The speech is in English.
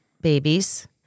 babies